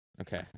Okay